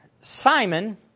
Simon